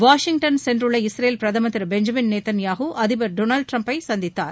Washington சென்றுள்ள Israel பிரதமர் திரு பெஞ்சமின் நேத்தன்யாகு அதிபர் திரு டொனால்டு டிரம்பை சந்தித்தார்